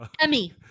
Emmy